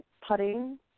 putting